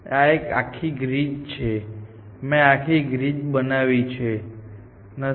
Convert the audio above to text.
આ એક આખી ગ્રીડ છે મેં આખી ગ્રીડ બનાવી નથી